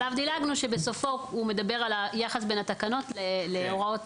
עליו דילגנו ובסופו הוא מדבר על היחס בין התקנות להוראות.